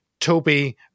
Toby